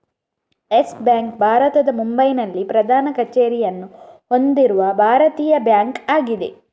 Yes Bank ಭಾರತದ ಮುಂಬೈನಲ್ಲಿ ಪ್ರಧಾನ ಕಚೇರಿಯನ್ನು ಹೊಂದಿರುವ ಭಾರತೀಯ ಬ್ಯಾಂಕ್ ಆಗಿದೆ